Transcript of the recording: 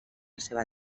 seva